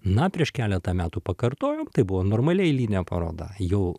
na prieš keletą metų pakartojom tai buvo normali eilinė paroda jo